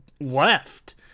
left